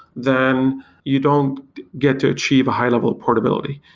then you don't get to achieve a high-level portability.